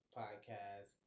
podcast